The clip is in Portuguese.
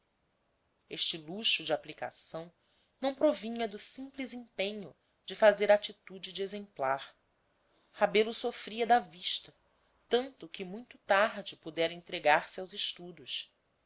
este luxo de aplicação não provinha do simples empenho de fazer atitude de exemplar rebelo sofria da vista tanto que muito tarde pudera entregar-se aos estudos